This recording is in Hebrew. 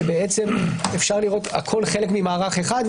שבעצם הכול חלק ממערך אחד.